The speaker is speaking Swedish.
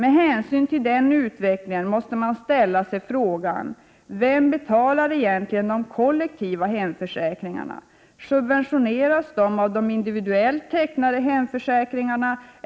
Med hänsyn till den utvecklingen måste man ställa frågan: Vem betalar egentligen de kollektiva hemförsäkringarna? Subventioneras de av de individuellt tecknade hemförsäkringarna?